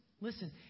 listen